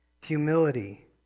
humility